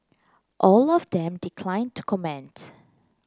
all of them declined to comment